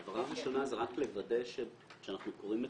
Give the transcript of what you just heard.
הבהרה ראשונה זה רק לוודא שכשאנחנו קוראים את